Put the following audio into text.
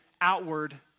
outward